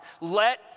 Let